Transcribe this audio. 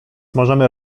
możemy